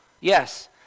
Yes